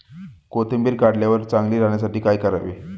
कोथिंबीर काढल्यावर चांगली राहण्यासाठी काय करावे?